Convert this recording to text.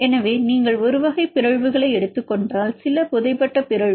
எனவே இப்போது நீங்கள் ஒரு வகை பிறழ்வுகளை எடுத்துக் கொண்டால் சில புதை பட்ட பிறழ்வு